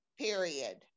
period